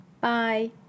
Bye